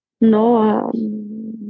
no